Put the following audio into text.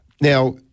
Now